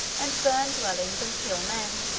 and burn dwellings, and kill men.